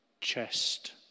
chest